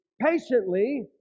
patiently